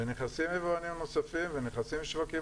ונכנסים יבואנים נוספים ונכנסים שווקים